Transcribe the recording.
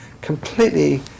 completely